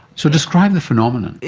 so describe the phenomenon.